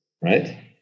right